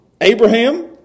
Abraham